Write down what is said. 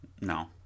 No